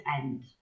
end